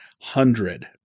hundred